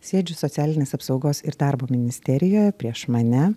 sėdžiu socialinės apsaugos ir darbo ministerijoje prieš mane